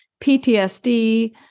PTSD